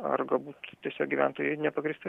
ar galbūt tiesiog gyventojai nepagrįstai